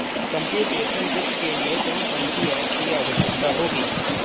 Computational वित्त के लिए कौन कौन सी एप की आवश्यकता होगी?